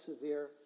severe